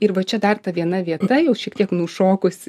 ir va čia dar ta viena vieta jau šiek tiek nušokusi